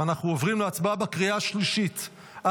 ואנחנו עוברים להצבעה בקריאה השלישית על